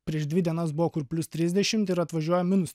prieš dvi dienas buvo kur plius trisdešimt ir atvažiuoja minus